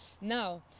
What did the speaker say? Now